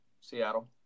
Seattle